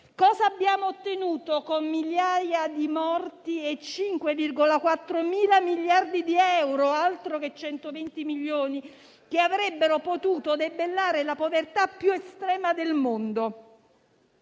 Cosa abbiamo ottenuto con migliaia di morti e una spesa di 5.400 miliardi di euro - altro che 120 milioni - che avrebbero potuto debellare la povertà più estrema del mondo?